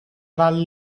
val